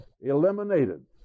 eliminated